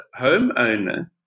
homeowner